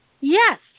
Yes